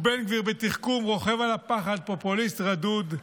ובן גביר בתחכום רוכב על הפחד, פופוליסט רדוד.